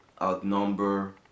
outnumber